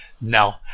now